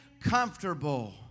comfortable